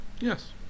Yes